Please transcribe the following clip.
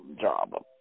job